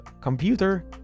computer